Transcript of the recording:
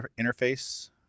interface